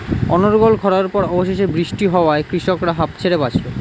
অনর্গল খড়ার পর অবশেষে বৃষ্টি হওয়ায় কৃষকরা হাঁফ ছেড়ে বাঁচল